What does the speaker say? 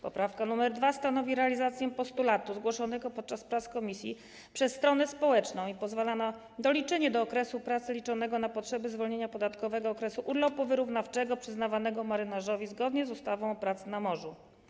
Poprawka nr 2 stanowi realizację postulatu zgłoszonego podczas prac komisji przez stronę społeczną i pozwala na doliczenie do okresu pracy liczonego na potrzeby zwolnienia podatkowego okresu urlopu wyrównawczego przyznawanego marynarzowi zgodnie z ustawą o pracy na morzu.